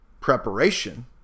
preparation